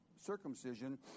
circumcision